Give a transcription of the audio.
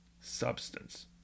substance